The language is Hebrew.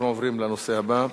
אנחנו עוברים לנושא הבא,